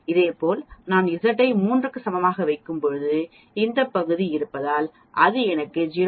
இதேபோல் நான் Z ஐ 3 க்கு சமமாக வைக்கும்போது இந்த பகுதி இருப்பதால் அது எனக்கு 0